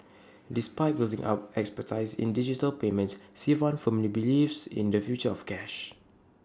despite building up expertise in digital payments Sivan firmly believes in the future of cash